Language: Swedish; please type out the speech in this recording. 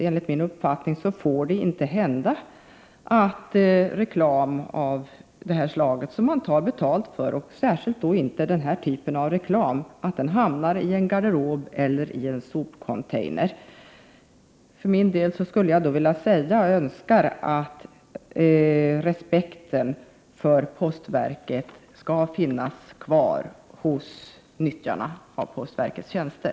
Enligt min uppfattning får det inte hända att reklam som man tar betalt för att utdela, särskilt reklam av den här typen, hamnar i en garderob eller i en sopcontainer. För min del önskar jag att respekten för postverket skall finnas kvar hos nyttjarna av postverkets tjänster.